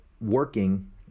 working